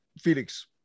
felix